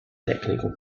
tecnico